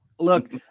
Look